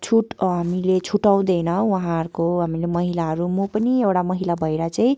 छुट हामीले छुट्याउँदैन उहाँहरूको महिलाहरू म पनि एउटा महिला भएर चाहिँ